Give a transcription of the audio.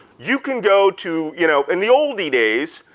you can go to, you know in the oldie days,